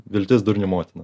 viltis durnių motina